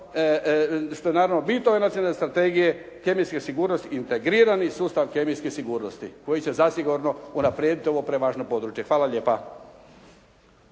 što je naravno bit ove nacionalne strategije kemijske sigurnosti i integrirani sustav kemijske sigurnosti koji će zasigurno unaprijediti ovo prevažno područje. Hvala lijepa.